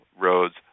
roads